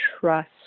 trust